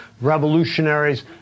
revolutionaries